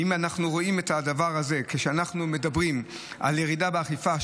אנחנו רואים את הדבר הזה כשאנחנו מדברים על ירידה באכיפה,